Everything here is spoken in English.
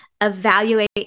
Evaluate